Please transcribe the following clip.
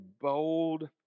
bold